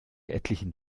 etlichen